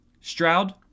Stroud